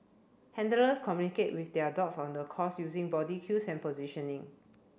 handlers communicate with their dogs on the course using body cues and positioning